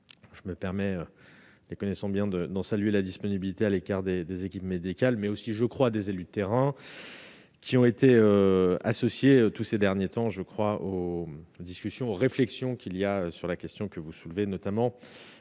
je me permets les connaissons bien de dents salué la disponibilité à l'écart des des équipes médicales mais aussi je crois des élus de terrain qui ont été associés tous ces derniers temps, je crois au discussions réflexions qu'il y a sur la question que vous soulevez, notamment